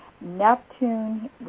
Neptune